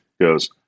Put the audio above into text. goes